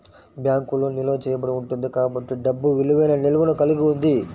బ్యాంకులో నిల్వ చేయబడి ఉంటుంది కాబట్టి డబ్బు విలువైన నిల్వను కలిగి ఉంది